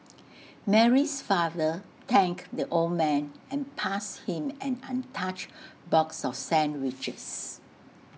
Mary's father thanked the old man and passed him an untouched box of sandwiches